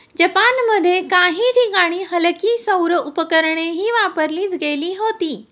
जपानमध्ये काही ठिकाणी हलकी सौर उपकरणेही वापरली गेली होती